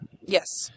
Yes